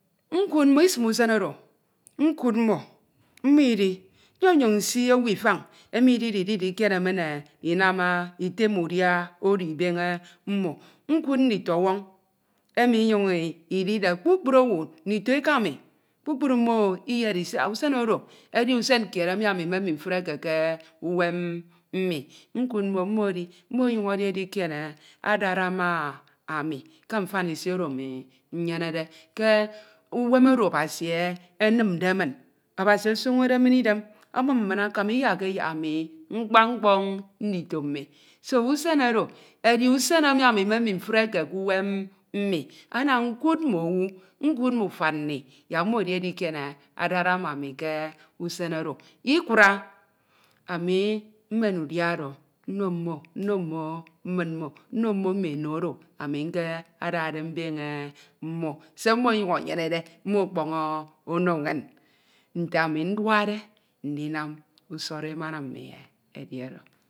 ñkud mmo, isim usen oro, nkud mmo, mmo idi, nyenyñ nsi owu ifañ emi idide iditem udia oro ibeñe mmo, nkud nditọnwọñ emi inyuñ idide kpukpru owu, ndito eka mi kpukpru mmo iyedi siak usen oro edi usen kied emi ami mme mmafreke ke efuri uwem mmi, nkud mmo mmo edi, mmo ọnyuñ edi edikiene adara ma ami ke mfan isi oro ami nyenede k’uwem oro Abasi enimde min, Abasi osoñode min idem amum min akama iyakke yak ami mkpa mkpñ ndito mmi do usen oro edi usen emi ami mme mma mfreke k’uwem mmi. Ana nkud mm’owu, nkud mm’ufan nni yak mmo ediedikiene adara ma ami ke usen oro, ikura, ami mmen udia oro nno mmo, nno mmo mmin mmo, mmen mme eno oro nno mmo mme eno oro ami nkedade mbeñe mmo, se mmo enyenede, mmo ọkpọñ ono nñ, nte ami nduakde ndinam usọrọ emana mmi edi oro.